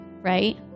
Right